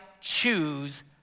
choose